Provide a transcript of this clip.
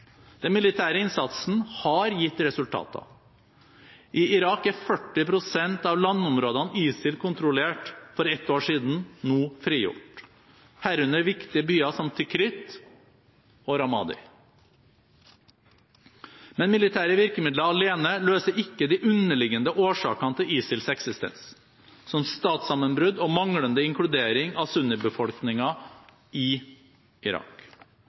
Den militære innsatsen har gitt resultater. I Irak er 40 pst. av landområdene ISIL kontrollerte for ett år siden, nå frigjort, herunder viktige byer som Tikrit og Ramadi. Men militære virkemidler alene løser ikke de underliggende årsakene til ISILs eksistens som statssammenbrudd og manglende inkludering av sunnibefolkningen i Irak.